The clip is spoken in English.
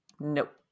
Nope